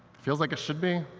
feels like it should be.